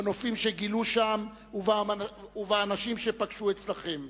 בנופים שגילו שם ובאנשים שפגשו אצלכם,